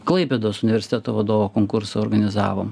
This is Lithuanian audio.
klaipėdos universiteto vadovo konkursą organizavom